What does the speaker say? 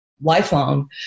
lifelong